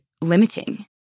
limiting